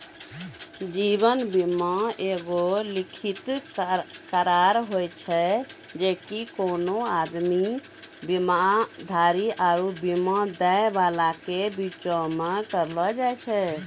जीवन बीमा एगो लिखित करार होय छै जे कि कोनो आदमी, बीमाधारी आरु बीमा दै बाला के बीचो मे करलो जाय छै